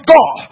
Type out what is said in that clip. God